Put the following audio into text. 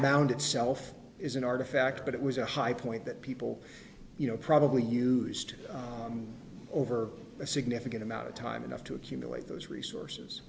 mound itself is an artifact but it was a high point that people you know probably used over a significant amount of time enough to accumulate those resources